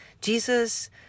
Jesus